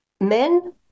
Men